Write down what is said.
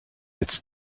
its